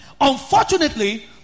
Unfortunately